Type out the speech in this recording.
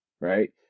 right